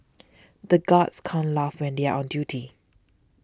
the guards can't laugh when they are on duty